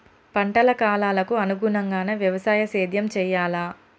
పంటల కాలాలకు అనుగుణంగానే వ్యవసాయ సేద్యం చెయ్యాలా?